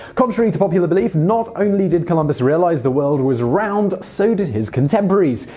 contrary to popular belief, not only did columbus realize the world was round, so did his contemporaries.